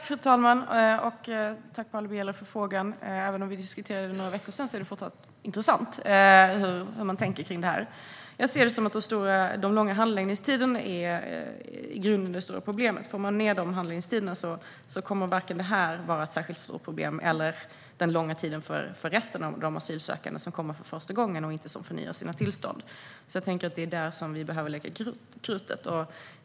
Fru talman! Jag tackar Paula Bieler för frågan. Även om vi diskuterade det för någon vecka sedan är det fortfarande intressant hur vi tänker i detta. Jag anser att de långa handläggningstiderna är grundproblemet. Får vi ned handläggningstiderna kommer varken detta eller den långa tiden för dem som söker asyl för första gången att vara ett särskilt stort problem. Det är här vi behöver lägga krutet.